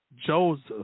Joseph